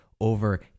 over